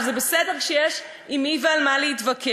אבל זה בסדר שיש עם מי ועל מה להתווכח,